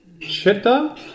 Chitta